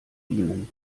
ihnen